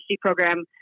program